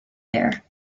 there